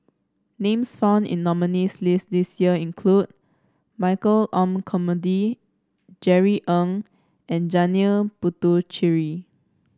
names found in the nominees' list this year include Michael Olcomendy Jerry Ng and Janil Puthucheary